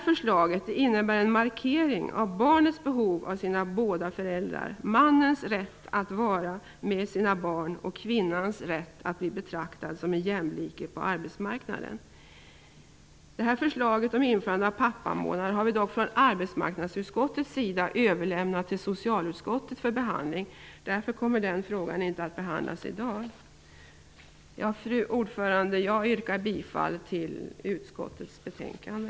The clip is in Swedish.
Förslaget innebär en markering av barnets behov av båda föräldrarna, av mannens rätt att vara med sina barn och av kvinnans rätt att bli betraktad som en jämlike på arbetsmarknaden. Förslaget om införandet av en pappamånad har vi i arbetsmarknadsutskottet dock överlämnat till socialutskottet för behandling. Därför kommer den frågan inte att behandlas i dag. Fru talman! Jag yrkar bifall till hemställan i utskottets betänkande.